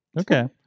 Okay